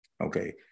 Okay